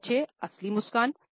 number 6 असली मुस्कान